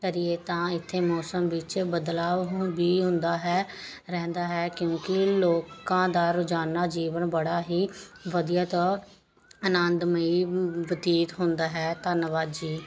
ਕਰੀਏ ਤਾਂ ਇੱਥੇ ਮੌਸਮ ਵਿੱਚ ਬਦਲਾਵ ਹੁਣ ਵੀ ਹੁੰਦਾ ਹੈ ਰਹਿੰਦਾ ਹੈ ਕਿਉਂਕਿ ਲੋਕਾਂ ਦਾ ਰੋਜ਼ਾਨਾ ਜੀਵਨ ਬੜਾ ਹੀ ਵਧੀਆ ਤੋਂ ਆਨੰਦਮਈ ਬਤੀਤ ਹੁੰਦਾ ਹੈ ਧੰਨਵਾਦ ਜੀ